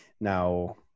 now